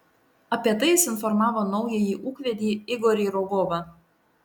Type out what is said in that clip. apie tai jis informavo naująjį ūkvedį igorį rogovą